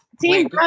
Team